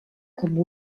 com